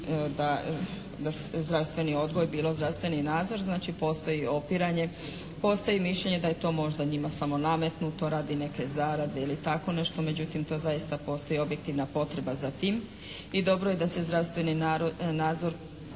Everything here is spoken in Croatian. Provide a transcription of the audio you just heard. da zdravstveni odgoj, bilo zdravstveni nadzor znači postoji opiranje, postoji mišljenje da je to možda njima samo nametnuto radi neke zarade ili tako nešto. Međutim to zaista postoji objektivna potreba za tim i dobro je da se zdravstveni nadzor